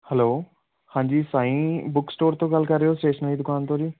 hello ਹਾਂਜੀ Sai book store ਤੋਂ ਗੱਲ ਕਰ ਰਹੇ ਹੋ ਸਟੇਸ਼ਨਰੀ ਦੁਕਾਨ ਤੋਂ ਜੀ